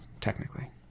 technically